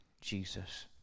Jesus